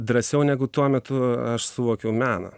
drąsiau negu tuo metu aš suvokiau meną